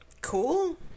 cool